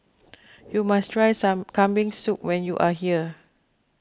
you must try some Kambing Soup when you are here